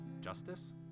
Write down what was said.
Justice